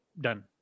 done